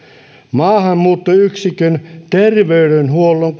maahanmuuttoyksikön terveydenhuollon